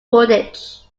footage